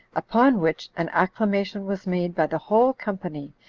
upon which an acclamation was made by the whole company,